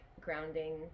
grounding